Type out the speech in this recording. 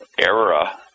era